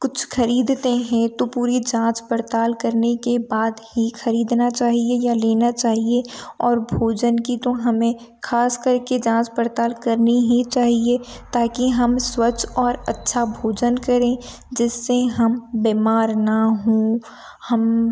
कुछ खरीदते हैं तो पूरी जाँच पड़ताल करने के बाद ही खरीदना चाहिए या लेना चाहिए और भोजन की तो हमें खास करके जाँच पड़ताल करनी ही चाहिए ताकि हम स्वच्छ और अच्छा भोजन करें जिससे हम बीमार न हों हम